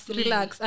relax